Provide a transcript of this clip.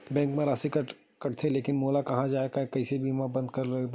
Bank मा राशि कटथे लेकिन मोला कहां जाय ला कइसे बीमा ला बंद करे बार?